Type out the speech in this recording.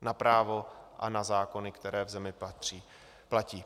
na právo a na zákony, které v zemi platí.